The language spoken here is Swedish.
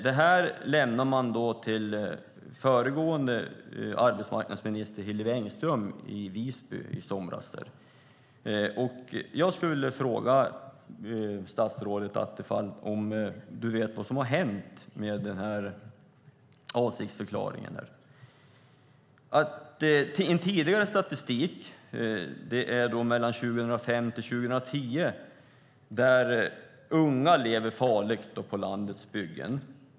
Det här lämnade man till förra arbetsmarknadsministern Hillevi Engström i Visby i somras. Jag skulle vilja fråga statsrådet Attefall om han vet vad som har hänt med avsiktsförklaringen. Enligt tidigare statistik, för 2005-2010, lever unga farligt på landets byggen.